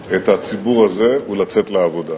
הציבור הזה הוא לצאת לעבודה.